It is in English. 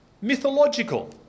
mythological